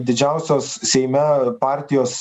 didžiausios seime partijos